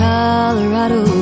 Colorado